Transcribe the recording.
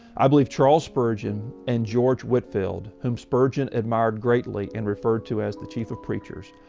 i believe charles spurgeon, and george whitfield, whom spurgeon admired greatly, and referred to as the chief of preachers.